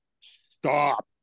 Stop